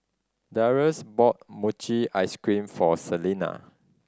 Darius bought mochi ice cream for Selina